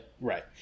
right